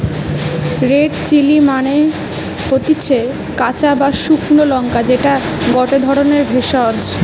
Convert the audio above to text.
red chilli মানে হতিছে কাঁচা বা শুকলো লঙ্কা যেটা গটে ধরণের ভেষজ